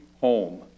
home